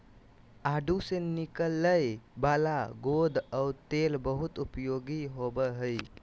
आडू से निकलय वाला गोंद और तेल बहुत उपयोगी होबो हइ